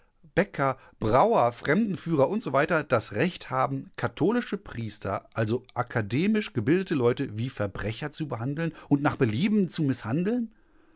bäcker brauer fremdenführer usw das recht haben katholische priester also akademisch gebildete leute wie verbrecher zu behandeln und nach belieben zu mißhandeln